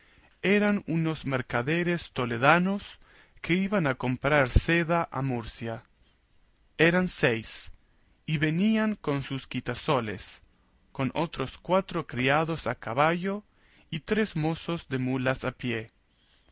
eran unos mercaderes toledanos que iban a comprar seda a murcia eran seis y venían con sus quitasoles con otros cuatro criados a caballo y tres mozos de mulas a pie